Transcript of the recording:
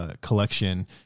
collection